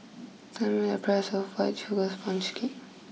tell me a price of White Sugar Sponge Cake